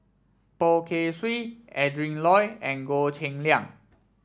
Poh Kay Swee Adrin Loi and Goh Cheng Liang